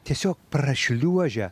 tiesiog prašliuožia